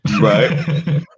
Right